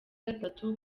gatatu